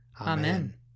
Amen